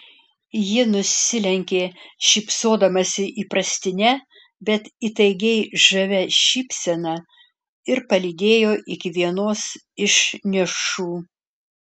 ji nusilenkė šypsodamasi įprastine bet įtaigiai žavia šypsena ir palydėjo iki vienos iš nišų